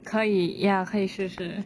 可以 ya 可以试试